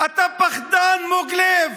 אתה פחדן, מוג לב.